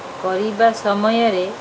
କରିବା ସମୟରେ